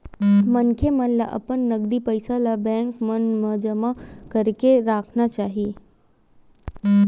मनखे मन ल अपन नगदी पइया ल बेंक मन म जमा करके राखना चाही